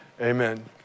amen